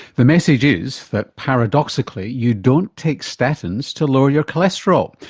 the message is that paradoxically you don't take statins to lower your cholesterol.